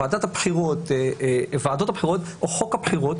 ועדות הבחירות או חוק הבחירות,